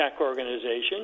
organizations